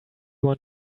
want